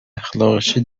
اخلاقشه